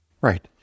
Right